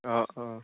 অঁ অঁ